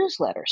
newsletters